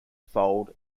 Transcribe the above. fold